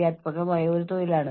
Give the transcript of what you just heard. അതിനാൽ ഇത് എന്റെ പ്രതികരണമാണ്